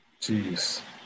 jeez